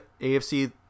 AFC